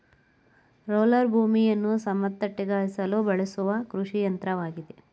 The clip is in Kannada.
ರೋಲರ್ ಭೂಮಿಯನ್ನು ಸಮತಟ್ಟಾಗಿಸಲು ಬಳಸುವ ಕೃಷಿಯಂತ್ರವಾಗಿದೆ